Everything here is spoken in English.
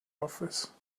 office